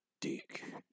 dick